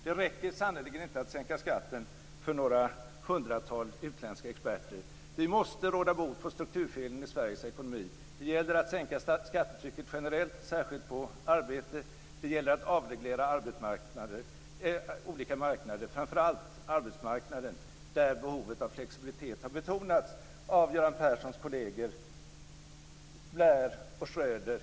Det räcker sannerligen inte att sänka skatten för några hundratal utländska experter. Vi måste råda bot på strukturfelen i Sveriges ekonomi. Det gäller att sänka skattetrycket generellt, särskilt på arbete. Det gäller att avreglera olika marknader, framför allt arbetsmarknaden där behovet av flexibilitet har betonats av Göran Perssons kolleger Blair och Schröder.